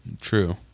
True